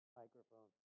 microphone